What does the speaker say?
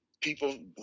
people